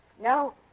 No